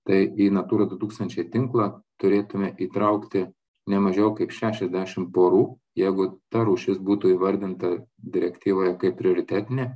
tai į natūra du tūkstančiai tinklą turėtume įtraukti ne mažiau kaip šešiasdešim porų jeigu ta rūšis būtų įvardinta direktyvoje kaip prioritetinė